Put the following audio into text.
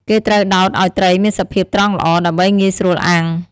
គេត្រូវដោតឲ្យត្រីមានសភាពត្រង់ល្អ ដើម្បីងាយស្រួលអាំង។